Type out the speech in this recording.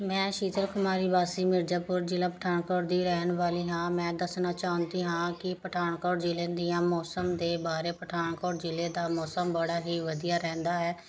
ਮੈਂ ਸ਼ੀਤਲ ਕੁਮਾਰੀ ਵਾਸੀ ਮਿਰਜਾਪੁਰ ਜ਼ਿਲ੍ਹਾ ਪਠਾਨਕੋਟ ਦੀ ਰਹਿਣ ਵਾਲੀ ਹਾਂ ਮੈਂ ਦੱਸਣਾ ਚਾਹੁੰਦੀ ਹਾਂ ਕਿ ਪਠਾਨਕੋਟ ਜ਼ਿਲ੍ਹੇ ਦੀਆਂ ਮੌਸਮ ਦੇ ਬਾਰੇ ਪਠਾਨਕੋਟ ਜ਼ਿਲ੍ਹੇ ਦਾ ਮੌਸਮ ਬੜਾ ਹੀ ਵਧੀਆ ਰਹਿੰਦਾ ਹੈ